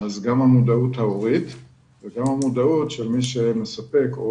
חשובה גם המודעות ההורית וגם המודעות של מי שמספק או